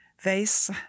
vase